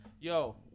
Yo